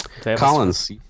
Collins